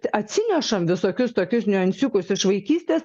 atsinešam visokius tokius ančiukus iš vaikystės